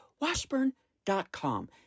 washburn.com